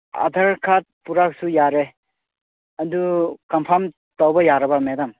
other card ꯄꯨꯔꯛꯂꯁꯨ ꯌꯥꯔꯦ ꯑꯗꯨ ꯀꯟꯐꯥꯝ ꯇꯧꯕ ꯌꯥꯔꯕ ꯃꯦꯗꯥꯝ